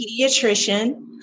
pediatrician